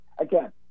again